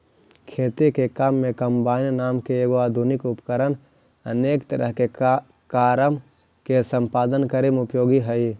खेती के काम में कम्बाइन नाम के एगो आधुनिक उपकरण अनेक तरह के कारम के सम्पादन करे में उपयोगी हई